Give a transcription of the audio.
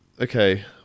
okay